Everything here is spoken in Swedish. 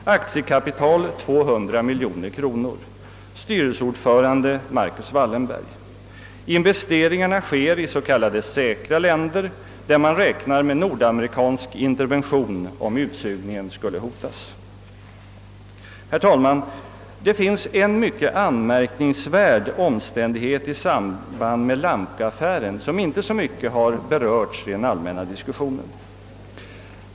Aktiekapital: 200 miljoner kronor. Styrelseordförande: Marcus Wallenberg. Investeringarna sker i s.k. säkra länder, där man räknar med amerikansk intervention om utsugningen skulle hotas. Herr talman! Det finns en mycket anmärkningsvärd omständighet i samband med Lamco-affären, som inte så mycket har berörts i den allmänna diskussionen.